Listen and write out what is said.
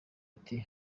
ati